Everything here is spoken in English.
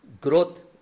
Growth